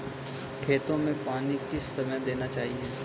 खेतों में पानी किस समय देना चाहिए?